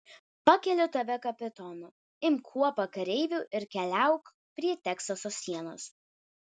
pakeliu tave kapitonu imk kuopą kareivių ir keliauk prie teksaso sienos